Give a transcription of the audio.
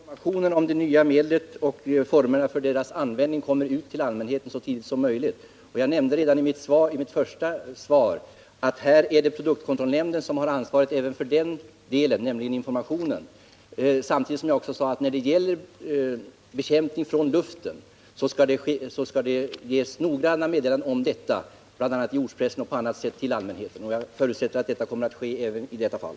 Herr talman! Självfallet skall informationen om det nya medlet och dess användning komma ut till allmänheten så tidigt som möjligt. Jag nämnde redan i mitt första anförande att produktkontrollnämnden har ansvaret även för informationen på detta område. När det gäller bekämpning från luften skall det ges noggranna meddelanden till allmänheten, i ortspressen och på annat sätt. Jag förutsätter att det kommer att ske även i detta fall.